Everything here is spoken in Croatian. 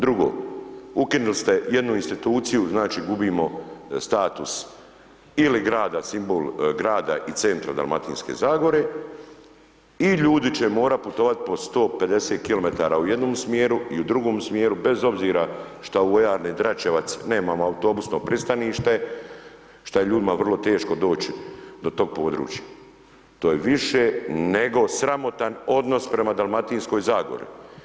Drugo, ukinuli ste jednu instituciju, znači, gubimo status ili grada, simbol grada i centra Dalmatinske Zagore i ljudi će morati putovati po 150 km u jednom smjeru i u drugom smjeru bez obzira što u vojarni Dračevac nemamo autobusno pristanište, šta je ljudima vrlo teško doći do toga područja, to je više nego sramotan odnos prema Dalmatinskoj Zagori.